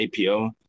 APO